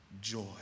joy